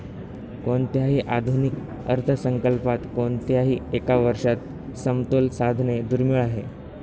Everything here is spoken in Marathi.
कोणत्याही आधुनिक अर्थसंकल्पात कोणत्याही एका वर्षात समतोल साधणे दुर्मिळ आहे